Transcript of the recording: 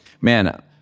man